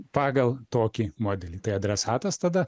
pagal tokį modelį tai adresatas tada